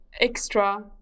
extra